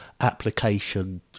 application